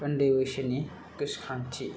उन्दै बैसोनि गोसोखांथि